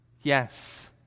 Yes